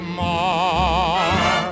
more